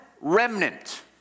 remnant